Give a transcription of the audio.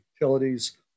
utilities